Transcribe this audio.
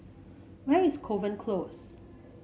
where is Kovan Close